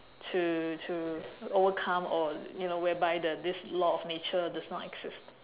to to overcome or you know whereby the this law of nature does not exist